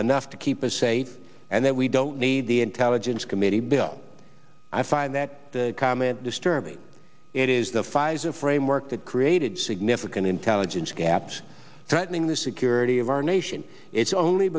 enough to keep us safe and that we don't need the intelligence committee bill i find that comment disturbing it is the fison framework that created significant intelligence gaps threatening the security of our nation it's only